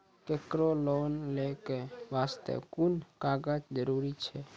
केकरो लोन लै के बास्ते कुन कागज जरूरी छै?